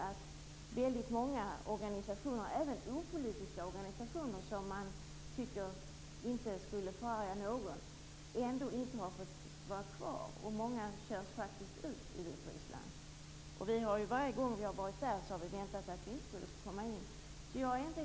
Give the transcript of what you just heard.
Vi vet att många organisationer - även opolitiska sådana som inte skulle förarga någon - har inte fått stanna. Många körs faktiskt ut ur Vitryssland. Varje gång vi har åkt dit har vi förväntat oss att inte bli insläppta.